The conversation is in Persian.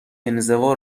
انزوا